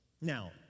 Now